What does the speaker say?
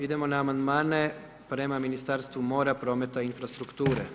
Idemo na amandmane prema Ministarstvu mora, prometa i infrastrukture.